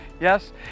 yes